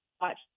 watch